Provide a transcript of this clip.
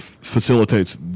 facilitates